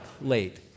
late